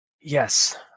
Yes